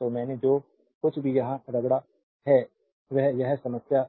तो मैंने जो कुछ भी वहां रगड़ा है वह इस समस्या